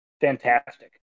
fantastic